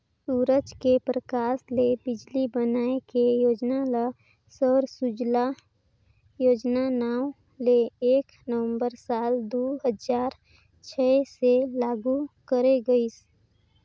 सूरज के परकास ले बिजली बनाए के योजना ल सौर सूजला योजना नांव ले एक नवंबर साल दू हजार छै से लागू करे गईस